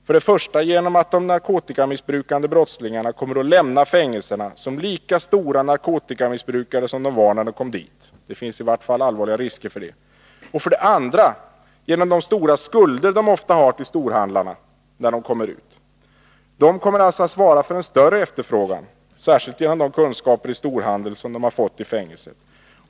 För det första sker det genom att de narkotikamissbrukande brottslingarna kommer att lämna fängelserna som lika stora narkotikamissbrukare som de var när de kom dit — det finns i vart fall allvarliga risker för det. För det andra sker det genom de stora skulder de ofta har till storhandlarna när de kommer ut. De kommer alltså att svara för en större efterfrågan, särskilt genom de kunskaper i storhandel som de har fått i fängelset.